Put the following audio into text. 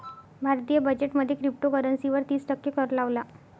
भारतीय बजेट मध्ये क्रिप्टोकरंसी वर तिस टक्के कर लावला